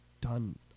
done